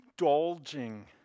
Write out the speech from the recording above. indulging